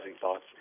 thoughts